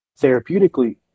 therapeutically